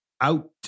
out